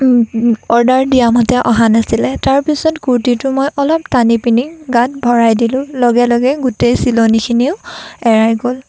order দিয়ামতে অহা নাছিলে তাৰপাছত কুৰ্তিটো মই অলপ টানি পিনি গাত ভৰাই দিলোঁ লগে লগে গোটেই চিলনিখিনিও এৰাই গ'ল